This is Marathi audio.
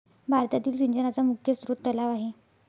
भारतातील सिंचनाचा मुख्य स्रोत तलाव आहे